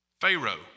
Pharaoh